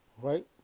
right